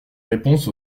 réponses